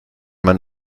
man